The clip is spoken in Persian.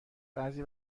بعضی